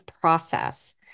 process